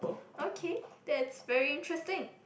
okay that's very interesting